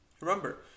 Remember